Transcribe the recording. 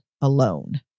alone